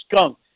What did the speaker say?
skunk